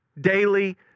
Daily